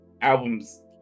albums